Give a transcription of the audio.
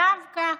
דווקא.